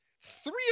three